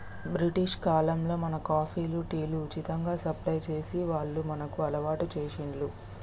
British కాలంలో మనకు కాఫీలు, టీలు ఉచితంగా సప్లై చేసి వాళ్లు మనకు అలవాటు చేశిండ్లు